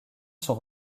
sont